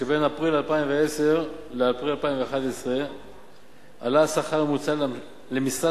שבין אפריל 2010 לאפריל 2011 עלה השכר הממוצע למשרת